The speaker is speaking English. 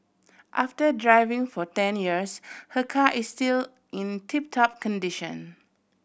after driving for ten years her car is still in tip top condition